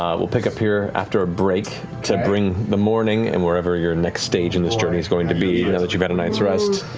we'll pick up here after a break to bring the morning and wherever your next stage in this journey is going to be, now that you've had a night's rest.